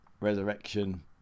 resurrection